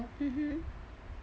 mmhmm